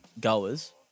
goers